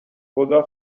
خدا